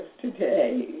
today